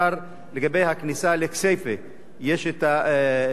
יש העיכוב בסוגיה הזאת,